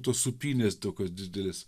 tos sūpynės tokios didelės